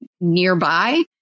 nearby